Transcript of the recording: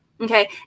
Okay